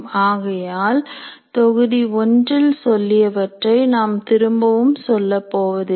ஆகையால் தொகுதி ஒன்றில் சொல்லியவற்றை நாம் திரும்பவும் சொல்லப் போவதில்லை